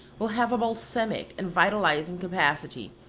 will have a balsamic and vitalising capacity,